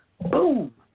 boom